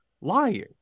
lying